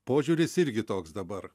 požiūris irgi toks dabar